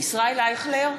ישראל אייכלר,